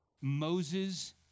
Moses